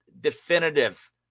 definitive